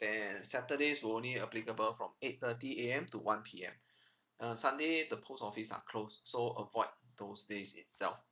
then and saturdays will only applicable from eight thirty A_M to one P_M uh sunday the post office are closed so avoid those days itself